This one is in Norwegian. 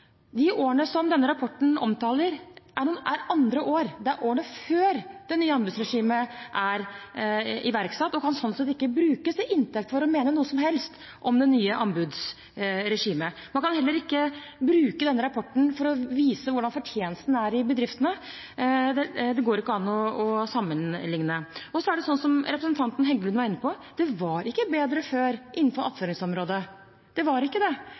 De årene som denne rapporten omtaler, er andre år – det er årene før det nye anbudsregimet ble iverksatt, og den kan sånn sett ikke tas til inntekt for å mene noe som helst om det nye anbudsregimet. Man kan heller ikke bruke denne rapporten til å vise hvordan fortjenesten er i bedriftene. Det går ikke an å sammenligne. Og – som representanten Heggelund var inne på – det var ikke bedre før på attføringsområdet. Det var ikke det.